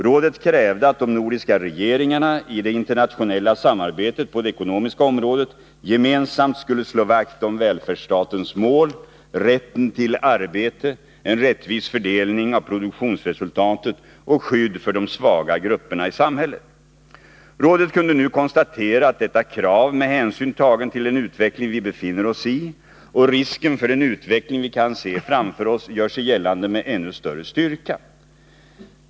Rådet krävde att de nordiska regeringarna i det internationella samarbetet på det ekonomiska området gemensamt skulle slå vakt om välfärdsstatens mål, rätten till arbete, en rättvis fördelning av produktionsresultatet och skydd för de svaga grupperna i samhället. Rådet kunde nu konstatera att detta krav, med hänsyn tagen till den utveckling vi befinner oss i och risken för den utveckling vi kan se framför oss, gör sig gällande med ännu större styrka.